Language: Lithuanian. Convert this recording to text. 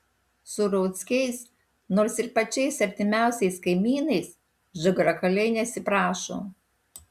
su rauckiais nors ir pačiais artimiausiais kaimynais žagrakaliai nesiprašo